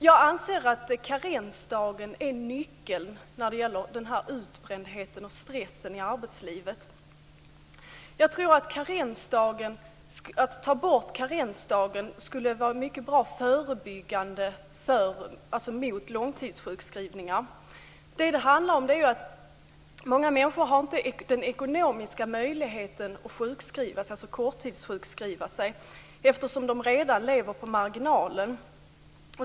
Jag anser att karensdagen är nyckeln när det gäller utbrändhet och stress i arbetslivet. Att ta bort karensdagen tror jag skulle vara förebyggande mot långtidssjukskrivningar. Det handlar ju om att många människor inte har den ekonomiska möjligheten att korttidssjukskriva sig eftersom de redan lever på marginalen.